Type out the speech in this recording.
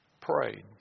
prayed